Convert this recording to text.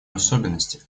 особенности